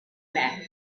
man